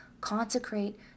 consecrate